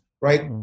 right